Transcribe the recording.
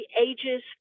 ages